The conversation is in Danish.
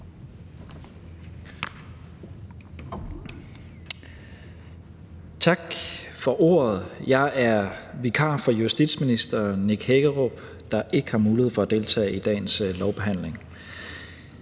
Tak for ordet. Jeg er vikar for justitsministeren, der ikke har mulighed for at deltage i dagens lovbehandling.